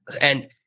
And-